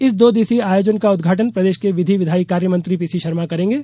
इस दो दिवसीय आयोजन का उद्घाटन प्रदेश के विधि विधायी कार्य मंत्री पी सी शर्मा करेंगे